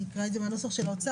אני אקרא את זה מהנוסח של האוצר.